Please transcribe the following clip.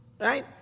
Right